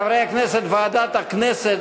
חברי הכנסת,